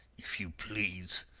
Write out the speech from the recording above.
if you please,